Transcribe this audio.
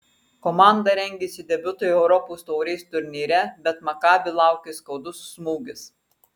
komanda rengėsi debiutui europos taurės turnyre bet makabi laukė skaudus smūgis